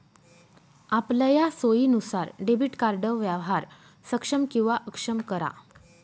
आपलया सोयीनुसार debit card व्यवहार सक्षम किंवा अक्षम करा